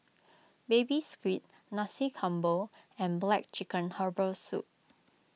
Baby Squid Nasi Campur and Black Chicken Herbal Soup